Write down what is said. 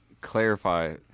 clarify